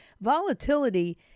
Volatility